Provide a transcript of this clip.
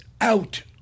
out